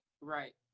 right